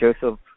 Joseph